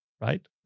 Right